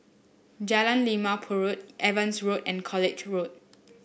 Jalan Limau Purut Evans Road and College Road